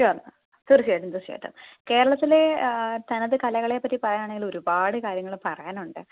sure തീർച്ചയായിട്ടും തീർച്ചയായിട്ടും കേരളത്തിലെ തനത് കലകളെ പറ്റി പറയുകയാണെങ്കിൽ ഒരുപാട് കാര്യങ്ങള് പറയാനുണ്ട്